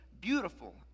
beautiful